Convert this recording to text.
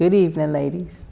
good evening ladies